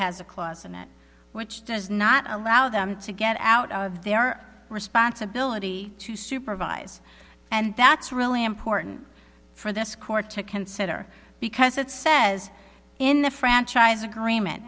has a clause in that which does not allow them to get out of their responsibility to supervise and that's really important for this court to consider because it says in the franchise agreement